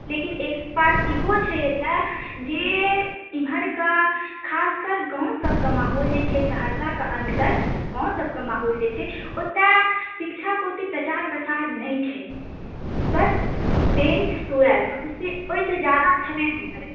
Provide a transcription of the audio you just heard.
लेकिन एक बात ईहो छै एतऽ जे ईमहरका खास कर गाँव सबके माहौल जे छै सहरसाके अन्दर गाँव सबके माहौल जे छै ओतऽ शिक्षाके ओते प्रचार प्रसार नहि छै बस टेन्थ ट्वेल्थ ओहिसँ जादा छेबे नहि करै